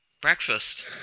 Breakfast